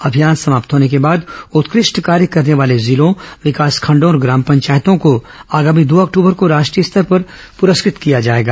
अभियान समाप्त होने को बाद उत्कृष्ट कार्य करने वाले जिलों विकासखंडों और ग्राम पंचायतों को आगामी दो अक्टूबर को राष्ट्रीय स्तर पर पुरस्कृत किया जाएगा